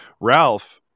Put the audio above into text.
ralph